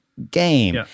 game